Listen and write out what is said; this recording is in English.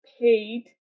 paid